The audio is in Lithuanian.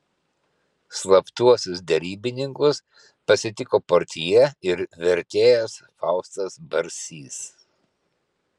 slaptuosius derybininkus pasitiko portjė ir vertėjas faustas barsys